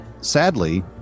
sadly